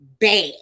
bad